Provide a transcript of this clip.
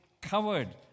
covered